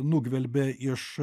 nugvelbė iš